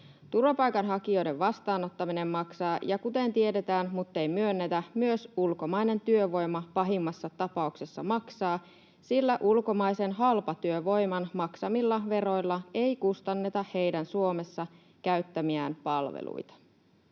turvapaikanhakijoiden vastaanottaminen maksaa, ja, kuten tiedetään muttei myönnetä, myös ulkomainen työvoima pahimmassa tapauksessa maksaa, sillä ulkomaisen halpatyövoiman maksamilla veroilla ei kustanneta heidän Suomessa käyttämiään palveluita.